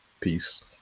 Peace